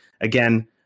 again